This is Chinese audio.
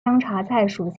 香茶菜属